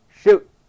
shoot